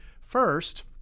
First